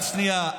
רק שנייה.